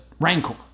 Rancor